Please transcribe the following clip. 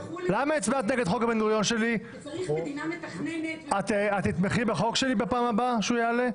וצריך מדינה מתכננת --- את תתמכי בחוק שלי בפעם הבאה כשהוא יעלה?